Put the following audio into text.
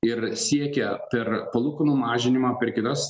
ir siekia per palūkanų mažinimą per kitas